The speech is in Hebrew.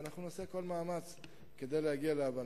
ואנחנו נעשה כל מאמץ כדי להגיע להבנה.